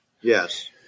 yes